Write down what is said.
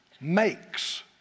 Makes